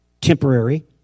temporary